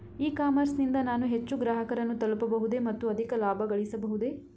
E commerce ನಿಂದ ನಾನು ಹೆಚ್ಚು ಗ್ರಾಹಕರನ್ನು ತಲುಪಬಹುದೇ ಮತ್ತು ಅಧಿಕ ಲಾಭಗಳಿಸಬಹುದೇ?